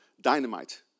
dynamite